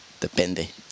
Depende